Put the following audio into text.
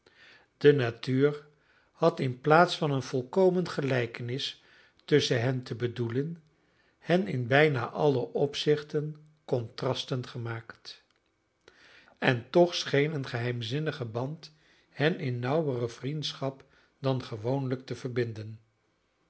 de natuur had in plaats van een volkomen gelijkenis tusschen hen te bedoelen hen in bijna alle opzichten contrasten gemaakt en toch scheen een geheimzinnige band hen in nauwere vriendschap dan gewoonlijk te verbinden